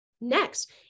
Next